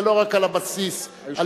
זה לא רק על הבסיס הלאומי,